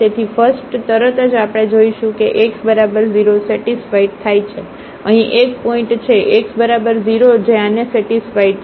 તેથી ફસ્ટતરત જ આપણે જોશું કે x બરાબર 0 સેટિસ્ફાઇડ થાય છે અહીં એક પોઇન્ટ છે x બરાબર 0 જે આને સેટિસ્ફાઇડ છે